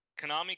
Konami